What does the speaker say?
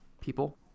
people